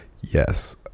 Yes